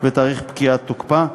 ותאריך פקיעת תוקפה,